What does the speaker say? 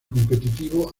competitivo